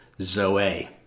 Zoe